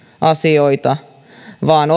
asioita vaan